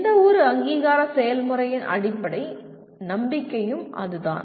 எந்தவொரு அங்கீகார செயல்முறையின் அடிப்படை நம்பிக்கையும் அதுதான்